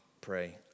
pray